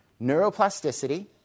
Neuroplasticity